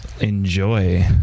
enjoy